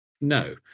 No